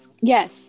yes